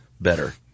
better